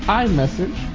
iMessage